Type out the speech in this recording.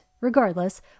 regardless